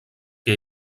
que